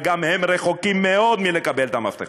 וגם הם רחוקים מאוד מלקבל את המפתחות.